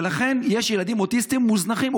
ולכן יש ילדים אוטיסטים מוזנחים.